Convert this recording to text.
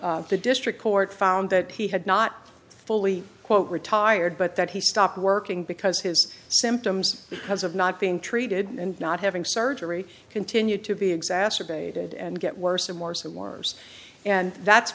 the district court found that he had not fully quote retired but that he stopped working because his symptoms because of not being treated and not having surgery continue to be exacerbated and get worse and worse and worse and that's